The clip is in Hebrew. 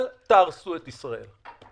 אל תהרסו את ישראל.